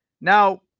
Now